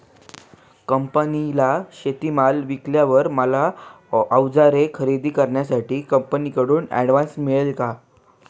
कंपनीला शेतीमाल विकल्यावर मला औजारे खरेदी करण्यासाठी कंपनीकडून ऍडव्हान्स मिळेल का?